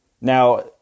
Now